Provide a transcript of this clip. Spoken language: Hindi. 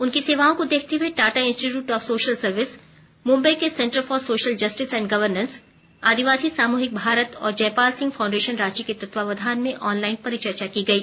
उनकी सेवाओं को देखते हुए Tata institute of social service Mumbai के centre for social justice and governance आदिवासी सामूहिक भारत और जयपाल सिंह फाउंडेशन रांची के तत्वावधान में ऑनलाइन परिचर्चा की गई